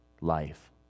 life